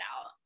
out